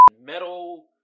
metal